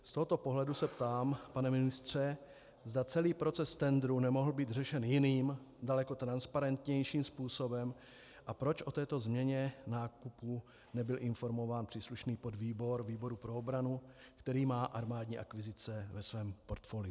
Z tohoto pohledu se ptám, pane ministře, zda celý proces tendru nemohl být řešen jiným, daleko transparentnějším způsobem a proč o této změně nákupu nebyl informován příslušný podvýbor výboru pro obranu, který má armádní akvizice ve svém portfoliu.